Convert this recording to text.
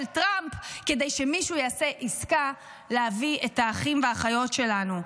טראמפ כדי שמישהו יעשה עסקה להביא את האחים והאחיות שלנו.